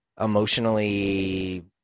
emotionally